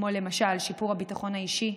למשל שיפור הביטחון האישי,